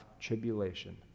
tribulation